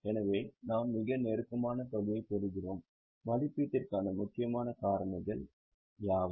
எனவே நாம் மிக நெருக்கமான தொகையைப் பெறுகிறோம் மதிப்பீட்டிற்கான முக்கியமான காரணிகள் யாவை